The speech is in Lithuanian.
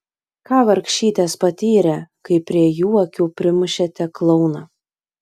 ką vargšytės patyrė kai prie jų akių primušėte klouną